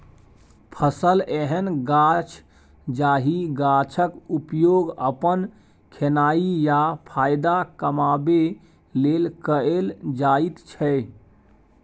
फसल एहन गाछ जाहि गाछक उपयोग अपन खेनाइ या फाएदा कमाबै लेल कएल जाइत छै